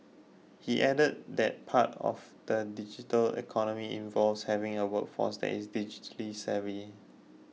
he added that part of the digital economy involves having a workforce that is digitally savvy